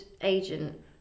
agent